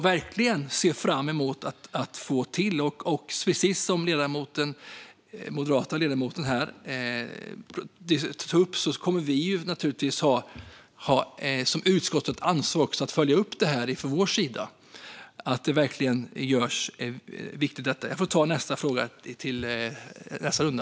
Jag ser fram emot att få till detta, och precis som ledamoten från Moderaterna tog upp och som utskottet avser kommer vi naturligtvis att följa upp detta från regeringens sida. Jag får svara på den andra frågan i nästa runda.